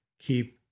keep